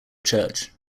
church